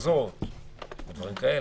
בהכרזות או דברים כאלה.